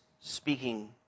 speaking